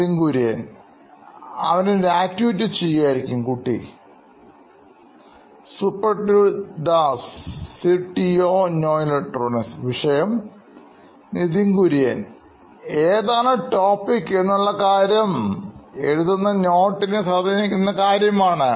Nithin Kurian COO Knoin Electronics അവനൊരു ആക്ടിവിറ്റിചെയ്യുകയായിരിക്കും Suprativ Das CTO Knoin Electronics വിഷയം Nithin Kurian COO Knoin Electronics ഏതാണ് topic എന്നുള്ള കാര്യം എഴുതുന്ന നോട്ടിനെ സ്വാധീനിക്കുന്ന കാര്യമാണ്